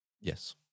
Yes